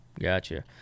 Gotcha